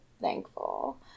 thankful